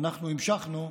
ואנחנו המשכנו.